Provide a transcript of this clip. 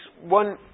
one